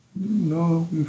No